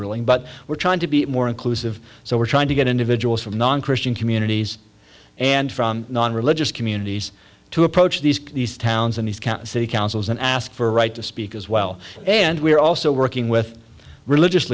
ruling but we're trying to be more inclusive so we're trying to get individuals from non christian communities and from non religious communities to approach these these towns and these county councils and ask for a right to speak as well and we are also working with religious